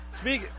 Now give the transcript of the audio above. Speak